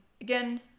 Again